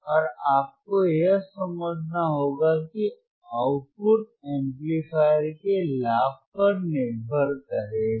और आपको यह समझना होगा कि आउटपुट एम्पलीफायर के लाभ पर निर्भर करेगा